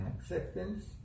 acceptance